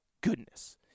goodness